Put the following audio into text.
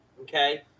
Okay